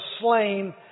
slain